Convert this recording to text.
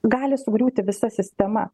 gali sugriūti visa sistema